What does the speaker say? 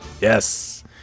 Yes